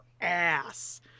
ass